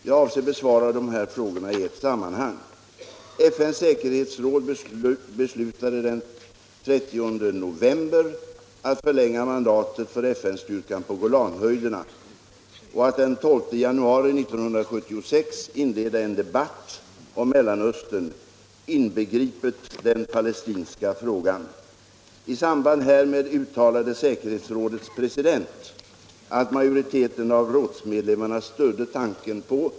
Jag avser besvara dessa båda frågor i ett sammanhang.